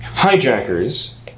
hijackers